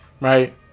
right